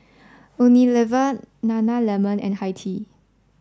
Unilever Nana lemon and Hi Tea